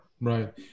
Right